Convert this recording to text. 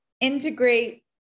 integrate